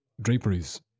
draperies